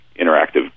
interactive